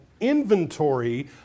inventory